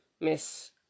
Miss